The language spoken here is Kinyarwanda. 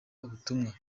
ubutumwa